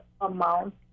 amount